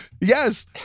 yes